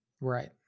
right